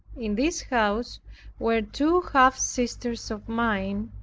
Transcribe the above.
in this house were two half sisters of mine,